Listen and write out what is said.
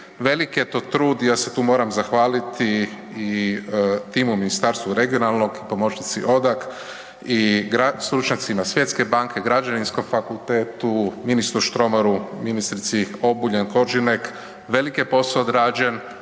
veliki je to trud, ja se tu moram zahvaliti i timu Ministarstva regionalnog i pomoćnici Odak i stručnjacima Svjetske banke, Građevinskom fakultetu, ministru Štromaru, ministrici Obuljen Korržinek, velik je posao odrađen